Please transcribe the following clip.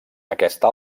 aquesta